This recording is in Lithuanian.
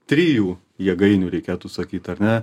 trijų jėgainių reikėtų sakyt ar ne